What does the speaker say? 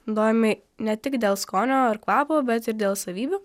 naudojami ne tik dėl skonio ar kvapo bet ir dėl savybių